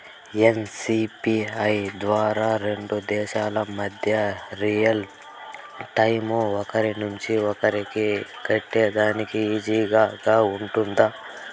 NCPI ద్వారా రెండు దేశాల మధ్య రియల్ టైము ఒకరి నుంచి ఒకరికి కట్టేదానికి ఈజీగా గా ఉంటుందా?